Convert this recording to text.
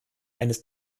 eines